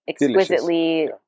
exquisitely